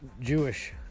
Jewish